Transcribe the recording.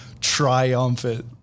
triumphant